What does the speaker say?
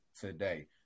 today